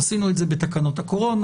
עשינו את זה בתקנות הקורונה.